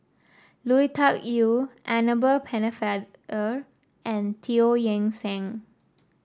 Lui Tuck Yew Annabel Pennefather and Teo Eng Seng